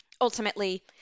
ultimately